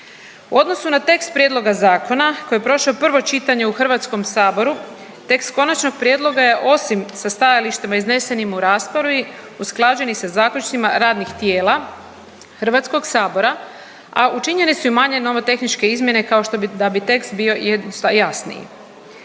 U odnosu na tekst prijedloga zakona koji je prošao prvo čitanje u HS-u, tekst konačnog prijedloga je, osim sa stajalištima iznesenim u raspravi, usklađen i sa zaključcima radnih tijela HS-a, a učinjene su i manje nomotehničke izmjene kao što bi, da bi